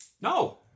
No